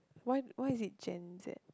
why why is it Gen-Z